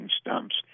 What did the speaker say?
stumps